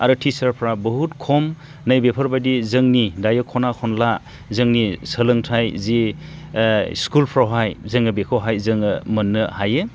आरो टिचारफ्रा बहुद खम नै बेफोरबायदि जोंनि दायो खना खनला जोंनि सोलोंथाय जि स्कुलफ्रावहाय जे जोङो बेखौहाय जोङो मोननो हायो